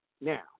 Now